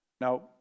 Now